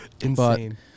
Insane